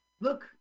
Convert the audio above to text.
Look